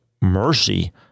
mercy